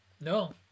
No